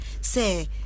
say